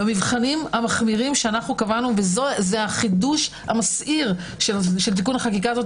במבחנים המחמירים שקבענו זה החידוש המסעיר של תיקון החקיקה הזה,